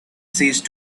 ceased